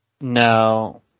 No